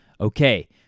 Okay